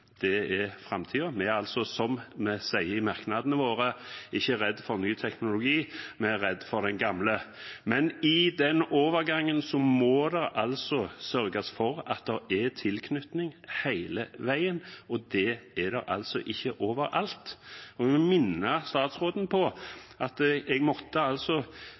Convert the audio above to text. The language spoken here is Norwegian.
Det er framtiden. Vi er, som vi sier i merknadene våre, ikke redd for ny teknologi, vi er redd for den gamle. Men i den overgangen må det sørges for at det er tilknytning hele veien, og det er det altså ikke overalt. Jeg må minne statsråden på at jeg måtte